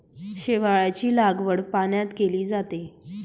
शेवाळाची लागवड पाण्यात केली जाते